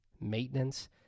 maintenance